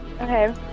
Okay